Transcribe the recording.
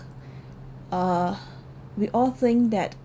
uh we all think that